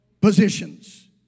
positions